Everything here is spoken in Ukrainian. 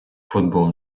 футбол